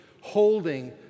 holding